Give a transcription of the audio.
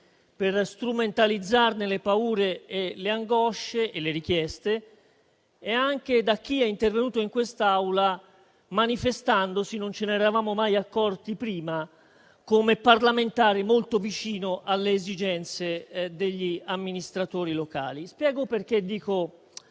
per strumentalizzarne le paure, le angosce e le richieste, e anche da chi è intervenuto in quest'Aula manifestandosi (non ce ne eravamo mai accorti prima) come parlamentare molto vicino alle esigenze degli amministratori locali. Dico queste cose